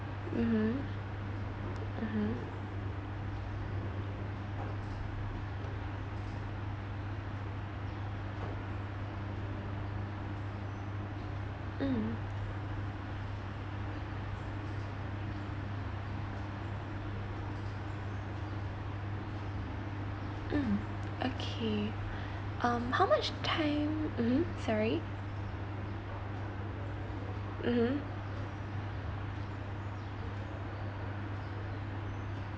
mmhmm mmhmm mm mm okay um how much time mmhmm sorry mmhmm